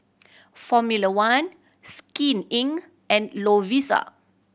Formula One Skin Inc and Lovisa